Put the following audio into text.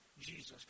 Jesus